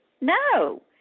No